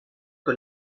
que